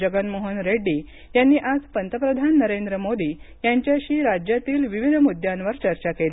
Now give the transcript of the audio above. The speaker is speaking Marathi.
जगनमोहन रेड्डी यांनी आज पंतप्रधान नरेंद्र मोदी यांच्याशी राज्यातील विविध म्द्द्यांवर चर्चा केली